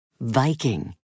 Viking